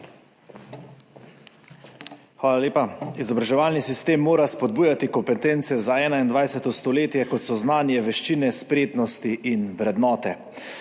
Hvala lepa. Izobraževalni sistem mora spodbujati kompetence za 21. stoletje, kot so znanje, veščine, spretnosti in vrednote,